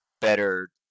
better